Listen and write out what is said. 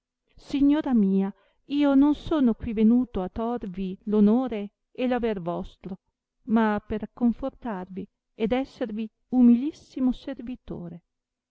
signora mia io non sono qui venuto a torvi onore e aver vostro ma per racconfortarvi ed esservi umilissimo servitore